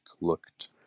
looked